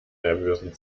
nervösen